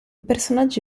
personaggi